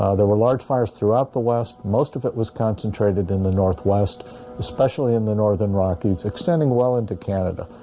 ah there were large fires throughout the west most of it was concentrated in the northwest especially in the northern rockies extending well into canada